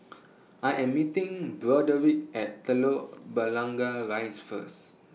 I Am meeting Broderick At Telok Blangah Rise First